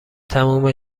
تموم